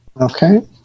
Okay